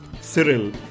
Cyril